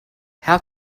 how